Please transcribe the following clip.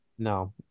No